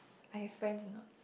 I have friends or not